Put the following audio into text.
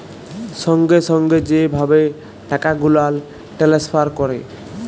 সঙ্গে সঙ্গে যে ভাবে টাকা গুলাল টেলেসফার ক্যরে